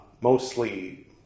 mostly